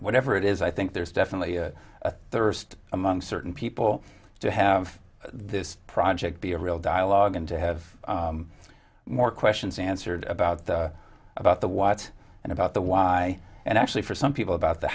whatever it is i think there's definitely a thirst among certain people to have this project be a real dialogue and to have more questions answered about about the what and about the why and actually for some people about the